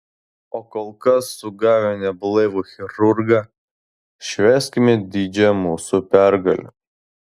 o kol kas sugavę neblaivų chirurgą švęskime didžią mūsų pergalę